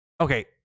Okay